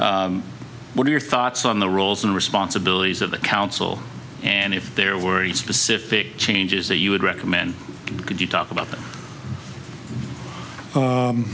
what are your thoughts on the roles and responsibilities of the council and if there were specific changes that you would recommend could you talk about